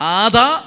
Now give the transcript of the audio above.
ada